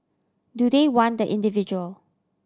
do they want the individual